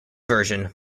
version